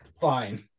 Fine